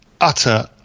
utter